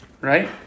Right